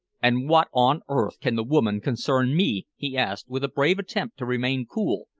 and what on earth can the woman concern me? he asked, with a brave attempt to remain cool,